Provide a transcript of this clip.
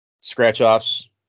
scratch-offs